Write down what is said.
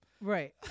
Right